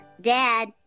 Dad